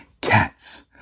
Cats